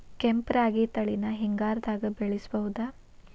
ಕೆಂಪ ರಾಗಿ ತಳಿನ ಹಿಂಗಾರದಾಗ ಬೆಳಿಬಹುದ?